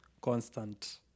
constant